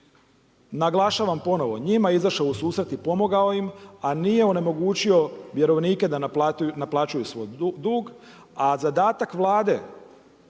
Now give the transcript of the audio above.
naglašavam ponovo, njima izašao u susret i pomogao im, a nije onemogućio vjerovnike da naplaćuju svoj dug. A zadatak Vlade